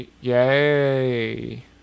Yay